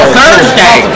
Thursday